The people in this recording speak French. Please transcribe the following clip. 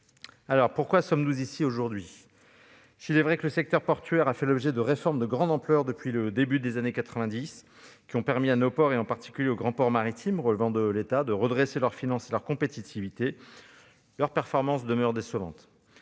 Pourquoi sommes-nous ici aujourd'hui ? S'il est vrai que le secteur portuaire a fait l'objet de réformes de grande ampleur depuis le début des années 1990, qui ont permis à nos ports, en particulier aux grands ports maritimes relevant de l'État, de redresser leurs finances et leur compétitivité, leurs performances demeurent décevantes.